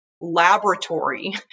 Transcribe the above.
laboratory